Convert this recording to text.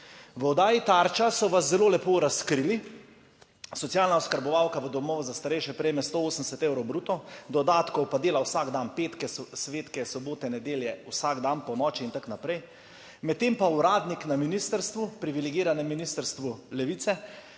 V oddaji Tarča so vas zelo lepo razkrili, socialna oskrbovalka v domovih za starejše prejme 180 evrov bruto dodatkov, pa dela vsak dan petke, svetke, sobote, nedelje, vsak dan ponoči in tako naprej. Medtem pa uradnik na ministrstvu, privilegiranem ministrstvu Levice,